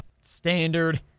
Standard